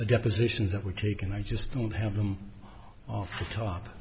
a deposition that we take and i just don't have them off the top